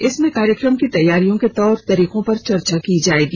इसमें कार्यक्रम की तैयारियों के तौर तरीकों पर चर्चा की जाएगी